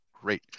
great